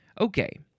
Okay